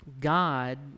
God